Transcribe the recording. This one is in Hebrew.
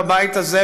בבית הזה,